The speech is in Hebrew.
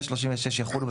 ו־36 יחולו,